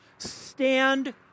stand